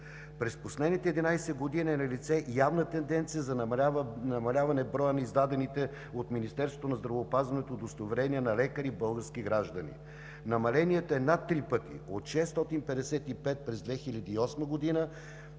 През последните 11 години е налице явна тенденцията за намаляване броя на издаваните от Министерството на здравеопазването удостоверения на лекари – български граждани. Намалението е над три пъти – от 655 през 2008 г.